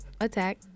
Attack